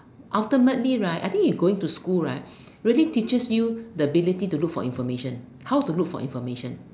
ultimately right I think going to school right really reaches you the ability to look for information how to look for information